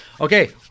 Okay